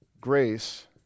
grace